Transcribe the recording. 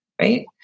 right